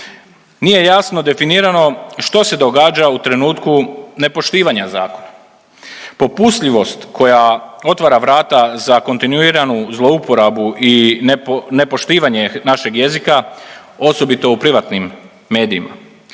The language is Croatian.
Nije jasno definirano što se događa u trenutku nepoštivanja zakona. Popustljivost koja otvara vrata za kontinuiranu zlouporabu i nepoštivanje našeg jezika osobito u privatnim medijima